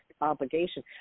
obligation